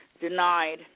denied